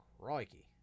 Crikey